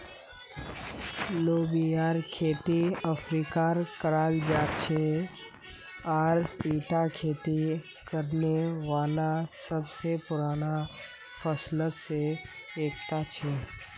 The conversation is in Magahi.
लोबियार खेती अफ्रीकात कराल जा छिले आर ईटा खेती करने वाला सब स पुराना फसलत स एकता छिके